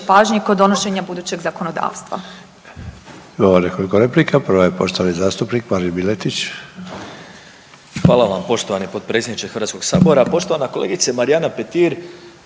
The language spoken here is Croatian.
pažnje kod donošenja budućeg zakonodavstva.